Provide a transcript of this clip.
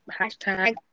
Hashtag